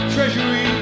Treasury